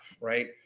Right